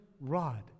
rod